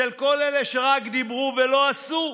לכל אלה שרק דיברו ולא עשו,